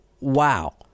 wow